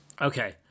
Okay